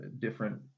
different